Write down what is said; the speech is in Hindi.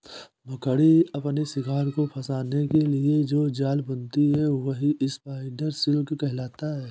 मकड़ी अपने शिकार को फंसाने के लिए जो जाल बुनती है वही स्पाइडर सिल्क कहलाता है